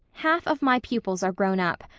half of my pupils are grown up.